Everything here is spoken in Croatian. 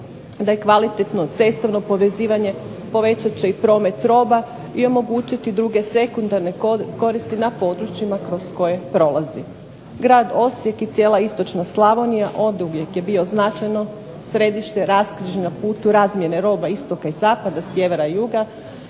da je kvalitetno cestovno povezivanje povećat će i promet roba i omogućiti druge sekundarne koristi na područjima kroz koje prolazi. Grad Osijek i cijela istočna Slavonija oduvijek je bilo značajno središte, raskrižje na putu razmjene roba istoka i zapada, sjevera i juga.